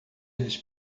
eles